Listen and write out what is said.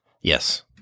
Yes